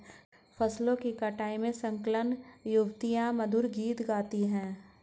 फसलों की कटाई में संलग्न युवतियाँ मधुर गीत गाती हैं